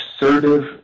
assertive